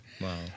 Wow